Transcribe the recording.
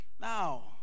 Now